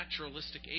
naturalistic